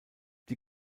die